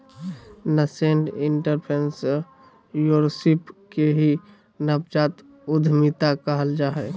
nascent entrepreneurship के ही नवजात उद्यमिता कहल जा हय